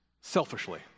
selfishly